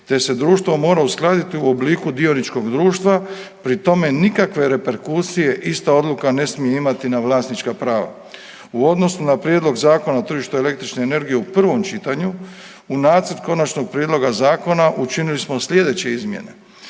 te se društvo mora uskladiti u obliku dioničkog društva. Pri tome nikakve reperkusije ista odluka ne smije imati na vlasnička prava. U odnosu na Prijedlog Zakona o tržištu električne energije u prvom čitanju u nacrt Konačnog prijedloga zakona učinili smo sljedeće izmjene,